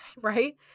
right